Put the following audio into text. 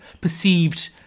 perceived